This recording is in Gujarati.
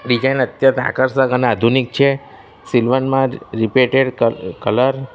ડિઝાઇન અત્યંત આકર્ષક અને આધુનિક છે સિલ્વરમાં જ રિપીટેડ કલર